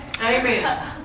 Amen